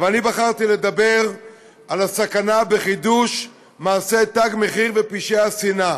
אבל אני בחרתי לדבר על הסכנה בחידוש מעשי "תג מחיר" ופשעי השנאה.